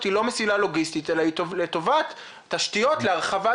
היא לא מסילה לוגיסטית אלא היא לטובת תשתיות להרחבת